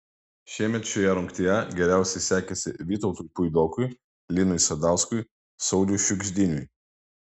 šiemet šioje rungtyje geriausiai sekėsi vytautui puidokui linui sadauskui sauliui šiugždiniui